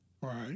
Right